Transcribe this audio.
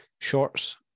shorts